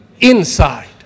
inside